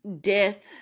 death